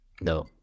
No